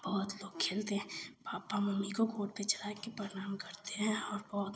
बहुत लोग खेलते हैं पापा मम्मी को गोड़ पर चढ़ाकर प्रणाम करते हैं और बहुत